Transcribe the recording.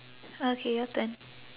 okay your turn